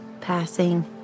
passing